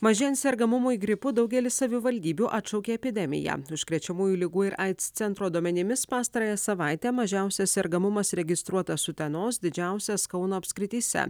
mažėjant sergamumui gripu daugelis savivaldybių atšaukė epidemiją užkrečiamųjų ligų ir aids centro duomenimis pastarąją savaitę mažiausias sergamumas registruotas utenos didžiausias kauno apskrityse